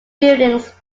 buildings